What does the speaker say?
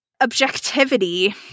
Objectivity